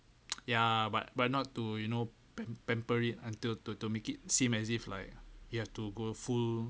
ya but but not to you know pam~ pamper it until to to make it seem as if like you have to go full